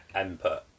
input